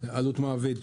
עלות מעביד.